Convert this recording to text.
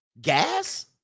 gas